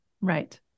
right